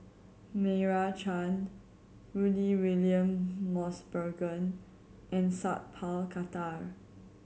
Meira Chand Rudy William Mosbergen and Sat Pal Khattar